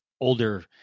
older